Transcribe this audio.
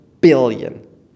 billion